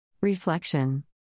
Reflection